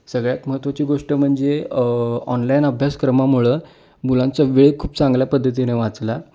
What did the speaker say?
सगळ्यात महत्त्वाची गोष्ट म्हणजे ऑनलाईन अभ्यासक्रमामुळं मुलांचा वेळ खूप चांगल्या पद्धतीने वाचला